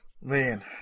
man